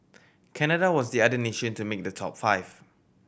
Canada was the other nation to make the top five